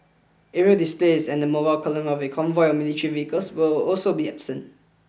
aerial displays and the mobile column of a convoy of military vehicles will also be absent